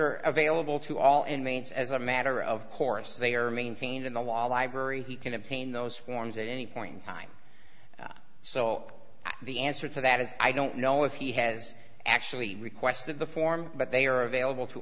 are available to all inmates as a matter of course they are maintained in the law library he can obtain those forms at any point in time so the answer to that is i don't know if he has actually requested the form but they are available t